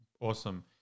Awesome